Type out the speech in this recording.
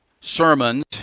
sermons